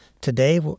today